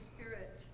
Spirit